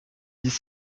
dix